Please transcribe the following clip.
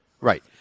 Right